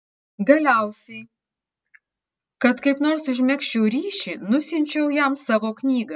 galiausiai kad kaip nors užmegzčiau ryšį nusiunčiau jam savo knygą